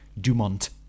Dumont